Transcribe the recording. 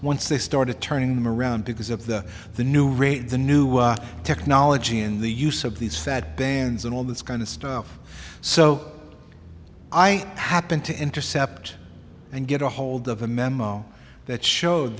once they started turning them around because of the the new rate the new technology and the use of these fat bands and all this kind of stuff so i happened to intercept and get a hold of a memo that showed